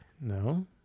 No